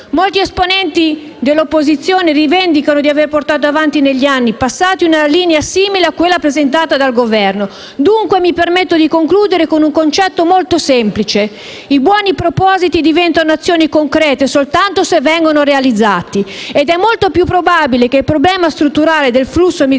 Molti esponenti dell'opposizione rivendicano di aver portato avanti negli anni passati una linea simile a quella presentata dal Governo. Dunque, mi permetto di concludere con un concetto molto semplice: i buoni propositi diventano azioni concrete soltanto se vengono realizzati. Ed è molto più probabile che il problema strutturale del flusso migratorio